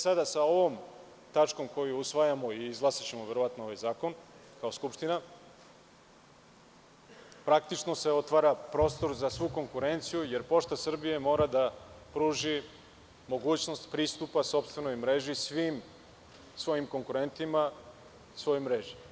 Sada sa ovom tačkom koju usvajamo i izglasaćemo verovatno ovaj zakon kao Skupština, praktično se otvara prostor za svu konkurenciju, jer Pošta Srbije mora da pruži mogućnost pristupa sopstvenoj mreži svim svojim konkurentima svojoj mreži.